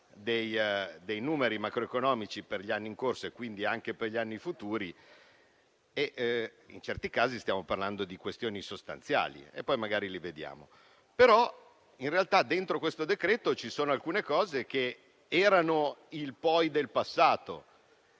dei numeri macroeconomici per gli anni in corso e, quindi, anche per gli anni futuri. In certi casi stiamo parlando di questioni sostanziali che poi magari vedremo. In realtà, dentro questo decreto-legge ci sono alcune cose che erano il poi del passato.